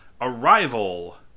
Arrival